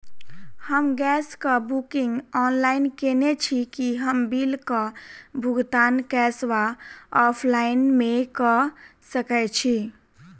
हम गैस कऽ booking online केने छी, की हम बिल कऽ भुगतान कैश वा ऑफलाइन मे कऽ सकय छी?